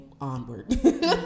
Onward